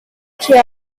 cheer